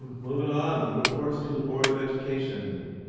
um moving on, reports to the board of education.